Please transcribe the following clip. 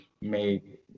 made